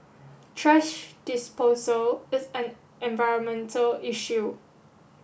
trash disposal is an environmental issue